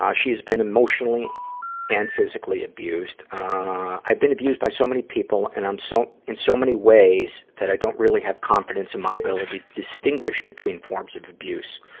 um she's been emotionally and physically abused. i've been abused by so many people and um so in so many ways, that i don't really have confidence in my ability to distinguish between forms of abuse,